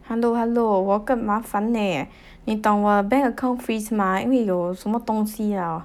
hello hello 我更麻烦 eh 你懂我 bank account freeze mah 因为有什么东西 ah